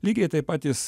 lygiai taip pat jis